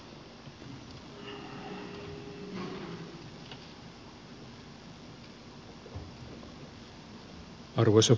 arvoisa puhemies